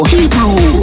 Hebrew